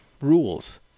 Rules